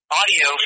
audio